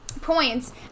points